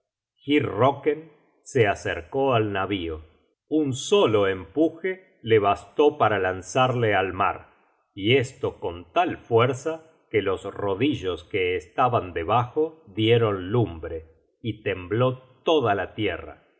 tierra hyrrocken se acercó al navío un solo empuje la bastó para lanzarle al mar y esto con tal fuerza que los rodillos que estaban debajo dieron lumbre y tembló toda la tierra